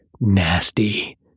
nasty